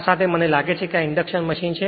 આ સાથે મને લાગે છે કે આ ઇન્ડક્શન મશીન છે